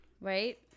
right